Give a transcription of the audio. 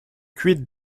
quid